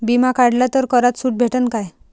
बिमा काढला तर करात सूट भेटन काय?